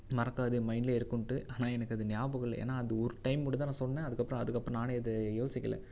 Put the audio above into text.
மறக்காது மைண்ட்லே இருக்குன்ட்டு ஆனால் எனக்கு அது ஞாபகம் இல்லை ஏன்னால் அந்த ஒரு டைம் மட்டும் தான் சொன்னேன் அதுக்கப்புறம் அதுக்கப்புறம் நானே அதை யோசிக்கல